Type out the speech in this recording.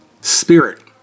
spirit